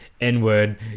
N-word